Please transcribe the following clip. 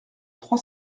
trois